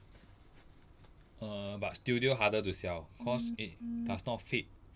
err but studio harder to sell cause it does not fit